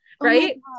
Right